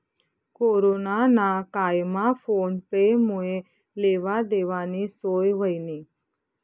corona ना कायमा phone पे मुये लेवा देवानी सोय व्हयनी